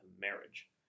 marriage